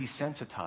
desensitized